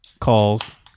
calls